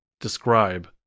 Describe